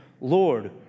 Lord